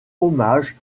hommage